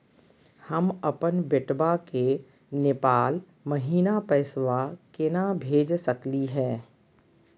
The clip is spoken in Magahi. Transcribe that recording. हम अपन बेटवा के नेपाल महिना पैसवा केना भेज सकली हे?